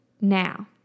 now